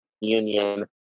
union